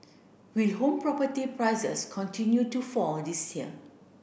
will home property prices continue to fall this year